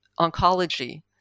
oncology